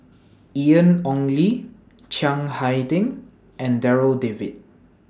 Ian Ong Li Chiang Hai Ding and Darryl David